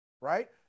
right